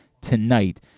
tonight